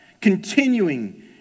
Continuing